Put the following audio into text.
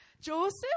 Joseph